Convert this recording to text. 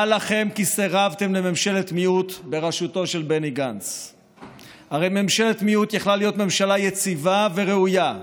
בראש מועצה זו יעמוד